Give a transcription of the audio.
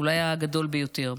אולי הגדול ביותר.